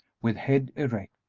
with head erect,